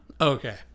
Okay